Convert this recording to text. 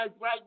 right